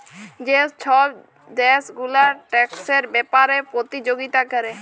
যে ছব দ্যাশ গুলা ট্যাক্সের ব্যাপারে পতিযগিতা ক্যরে